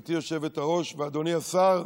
גברתי היושבת-ראש ואדוני השר,